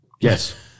Yes